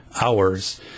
hours